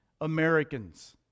Americans